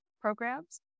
programs